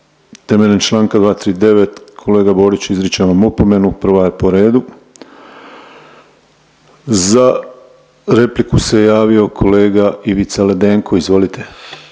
Temeljem članka 239. kolega Borić izričem vam opomenu. Prva je po redu. Za repliku se javio kolega Ivica Ledenko, izvolite.